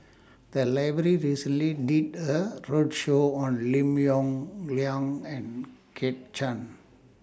The Library recently did A roadshow on Lim Yong Liang and Kit Chan